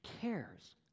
cares